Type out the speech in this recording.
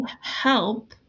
help